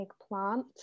eggplant